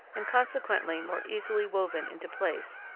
and consequently more easily woven into place.